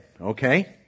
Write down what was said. Okay